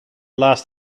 last